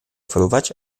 fruwać